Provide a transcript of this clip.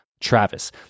Travis